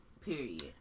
period